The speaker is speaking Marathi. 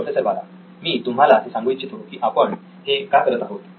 प्रोफेसर बाला मी तुम्हाला हे सांगू इच्छितो की आपण हे का करत आहोत